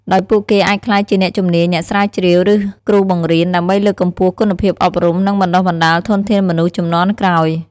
ដោយពួកគេអាចក្លាយជាអ្នកជំនាញ អ្នកស្រាវជ្រាវ ឬគ្រូបង្រៀន ដើម្បីលើកកម្ពស់គុណភាពអប់រំ និងបណ្ដុះបណ្ដាលធនធានមនុស្សជំនាន់ក្រោយ។